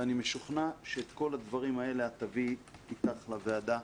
אני משוכנע שאת כל הדברים האלה את תביאי איתך לוועדה.